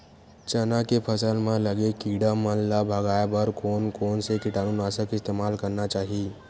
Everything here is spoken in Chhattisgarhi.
चना के फसल म लगे किड़ा मन ला भगाये बर कोन कोन से कीटानु नाशक के इस्तेमाल करना चाहि?